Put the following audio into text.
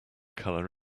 colour